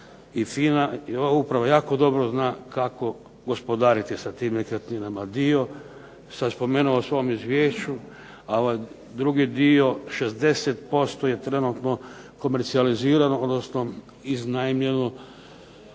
i FINA, ova uprava jako dobro zna kako gospodariti sa tim nekretninama, dio sam spomenuo u svom izvješću, a ovaj drugi dio 60% je trenutno komercijalizirano, odnosno iznajmljeno